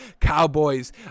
Cowboys